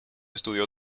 estudió